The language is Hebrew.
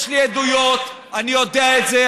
יש לי עדויות, אני יודע את זה.